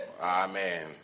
Amen